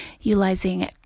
utilizing